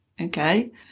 Okay